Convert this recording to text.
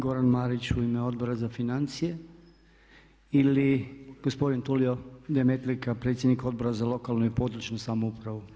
Goran Marić u ime Odbora za financije ili gospodin Tulio Demetlika predsjednik Odbora za lokalnu i područnu samoupravu?